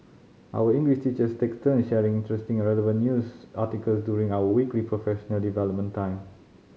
our English teachers take turn sharing interesting and relevant news article during our weekly professional development time